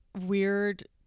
weird